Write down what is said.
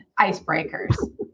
icebreakers